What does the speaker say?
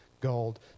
gold